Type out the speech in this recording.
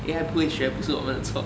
A_I 不会学不是我们的错